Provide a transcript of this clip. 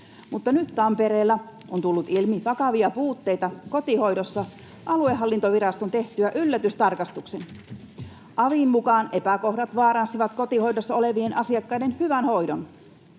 mutta nyt Tampereella on tullut ilmi vakavia puutteita kotihoidossa aluehallintoviraston tehtyä yllätystarkastuksen. Avin mukaan epäkohdat vaaransivat kotihoidossa olevien asiakkaiden hyvän hoidon.